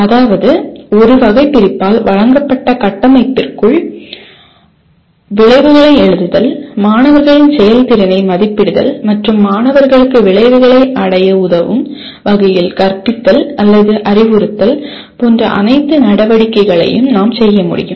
அதாவது ஒரு வகைபிரிப்பால் வழங்கப்பட்ட கட்டமைப்பிற்குள் விளைவுகளை எழுதுதல் மாணவர்களின் செயல்திறனை மதிப்பிடுதல் மற்றும் மாணவர்களுக்கு விளைவுகளை அடைய உதவும் வகையில் கற்பித்தல் அல்லது அறிவுறுத்தல் போன்ற அனைத்து நடவடிக்கைகளையும் நாம் செய்ய முடியும்